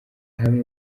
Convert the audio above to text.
hamwe